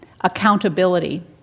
accountability